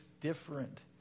different